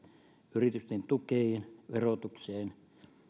yritysten tukiin verotukseen